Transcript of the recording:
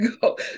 Go